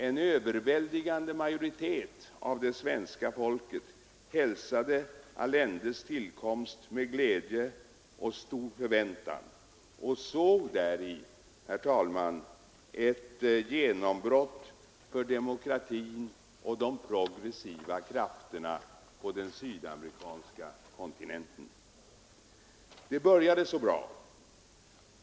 En överväldigande majoritet av det svenska folket hälsade Allendes tillträde som regeringschef med glädje och stor förväntan och såg däri, herr talman, ett genombrott för demokratin och de progressiva krafterna på den sydamerikanska kontinenten. Det började så bra.